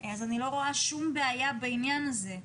אז אני לא רואה שום בעיה בעניין הזה.